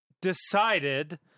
decided